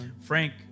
Frank